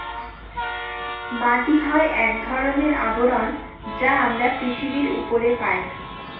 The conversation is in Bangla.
মাটি হয় এক ধরনের আবরণ যা আমরা পৃথিবীর উপরে পায়